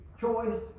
choice